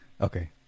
Okay